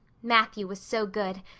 matthew was so good.